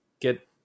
get